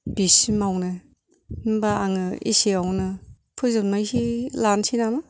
बिसिमावनो होमबा आङो एसेयावनो फोजोबनायसो लानोसै नामा